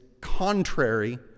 contrary